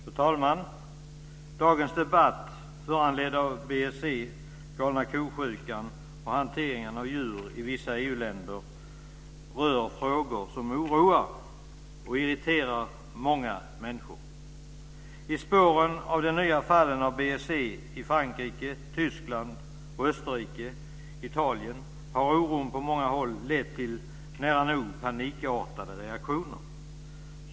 Fru talman! Dagens debatt, föranledd av BSE, galna ko-sjukan och hanteringen av djur i vissa EU länder, rör frågor som oroar och irriterar många människor. Tyskland, Österrike och Italien har oron på många håll lett till nära nog panikartade reaktioner.